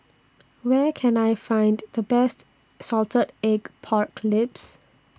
Where Can I Find The Best Salted Egg Pork Ribs